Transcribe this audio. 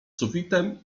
sufitem